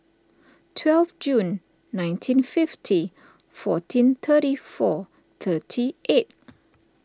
twelve June nineteen fifty fourteen thirty four thirty eight